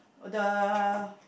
uh the